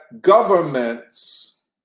governments